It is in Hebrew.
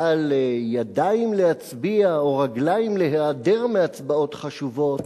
אבל ידיים להצביע או רגליים להיעדר מהצבעות חשובות